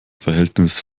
verhältnis